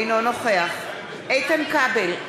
אינו נוכח איתן כבל,